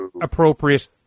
appropriate